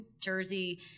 jersey